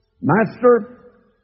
Master